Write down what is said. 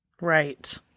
Right